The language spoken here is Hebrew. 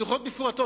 תוכניות מפורטות.